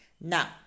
Now